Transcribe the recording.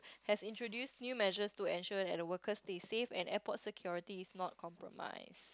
has introduced new measures to ensure that the workers stay safe and airport security is not compromised